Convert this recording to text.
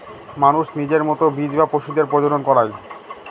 মানুষ নিজের মতো বীজ বা পশুদের প্রজনন করায়